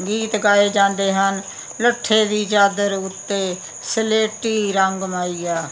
ਗੀਤ ਗਾਏ ਜਾਂਦੇ ਹਨ ਲੱਠੇ ਦੀ ਚਾਦਰ ਉੱਤੇ ਸਲੇਟੀ ਰੰਗ ਮਾਹੀਆ